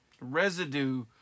residue